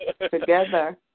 Together